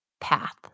path